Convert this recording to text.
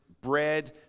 bread